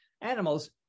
Animals